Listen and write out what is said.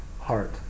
Heart